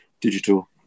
digital